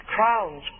Crowns